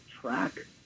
track